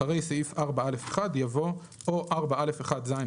אחרי "סעיף 4(ו)" יבוא "או 4א1(ז),